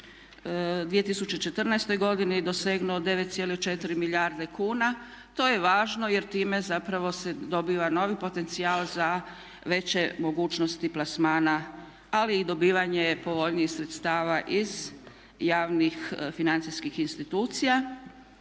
u 2014. godini dosegnuo 9,4 milijarde kuna. To je važno jer time zapravo se dobiva novi potencijal za veće mogućnosti plasmana ali i dobivanje povoljnijih sredstava iz javnih financijskih institucija.